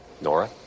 Nora